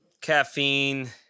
caffeine